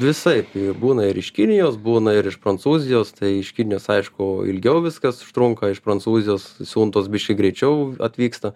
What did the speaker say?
visaip ir būna ir iš kinijos būna ir iš prancūzijos tai iš kinijos aišku ilgiau viskas užtrunka iš prancūzijos siuntos biškį greičiau atvyksta